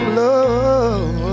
love